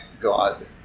God